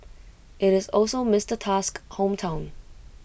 IT is also Mister Tusk's hometown